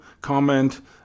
comment